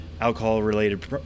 alcohol-related